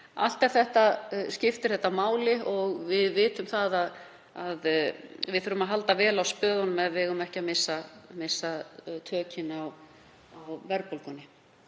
Allt skiptir þetta máli og við vitum að við þurfum að halda vel á spöðunum ef við eigum ekki að missa tökin á verðbólgunni.